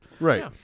Right